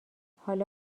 حالا